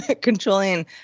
controlling